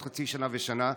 בעוד חצי שנה ושנה.